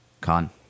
Con